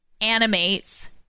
animates